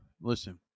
listen